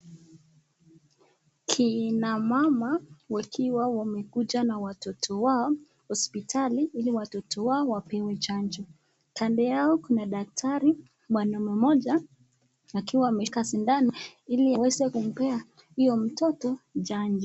Kina mama wakiwa wamekuja na watoto wao hosiptali ili watoto wao wapewe chanjo, kando yao kuna daktari, mwanaume mmoja akiwa ameweka sindano ili aweze kumpea huyo mtoto chanjo.